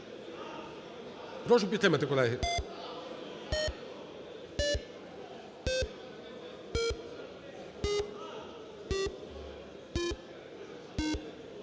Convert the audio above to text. Прошу підтримати, колеги.